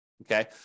Okay